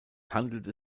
handelte